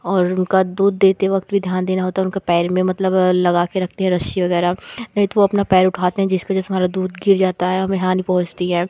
और उनका दूध देते वक़्त भी ध्यान देना होता है उनका पैर में मतलब लगा कर रखते हैं रस्सी वग़ैरह नहीं तो वे अपना पैर उठाते हैं जिसके जैसे हमारा दूध गिर जाता है हमें हानि पहुँचती है